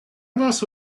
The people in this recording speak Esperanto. lasu